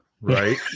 Right